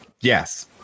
yes